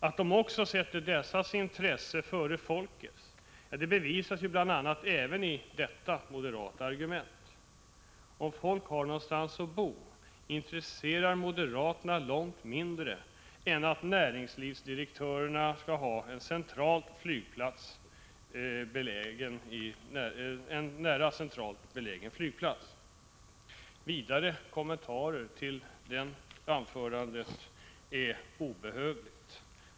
Att de också sätter dessa intressen före folkets bevisas bl.a. av detta moderata argument. Om folk har någonstans att bo intresserar moderaterna långt mindre än att näringslivsdirektörerna har en centralt belägen flygplats. Vidare kommentarer är obehövliga.